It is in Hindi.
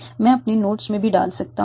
मैं अपने नोड्स में भी डाल सकता हूं